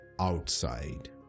outside